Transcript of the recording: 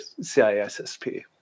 CISSP